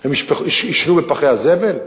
הם יישנו בפחי הזבל?